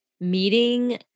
meeting